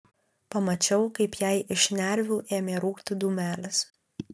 pamačiau kaip jai iš šnervių ėmė rūkti dūmelis